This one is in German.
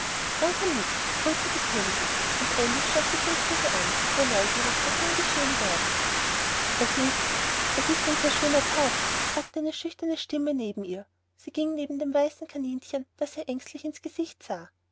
dann komm mit brüllte die königin und alice schloß sich dem zuge an sehr neugierig was nun geschehen werde es ist es ist ein sehr schöner tag sagte eine schüchterne stimme neben ihr sie ging neben dem weißen kaninchen das ihr ängstlich in's gesicht sah